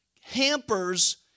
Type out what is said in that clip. hampers